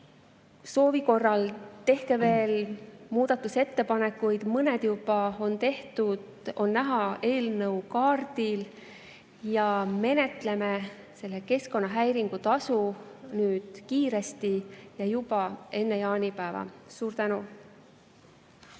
soovi korral tehke veel muudatusettepanekuid. Mõned on juba tehtud, need on näha eelnõukaardil. Menetleme selle keskkonnahäiringu tasu ära kiiresti ja juba enne jaanipäeva. Suur tänu!